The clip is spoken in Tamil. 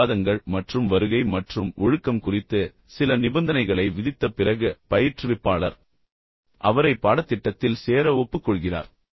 சில விவாதங்கள் மற்றும் வருகை மற்றும் ஒழுக்கம் குறித்து சில நிபந்தனைகளை விதித்த பிறகு பயிற்றுவிப்பாளர் அவரை பாடத்திட்டத்தில் சேர ஒப்புக்கொள்கிறார்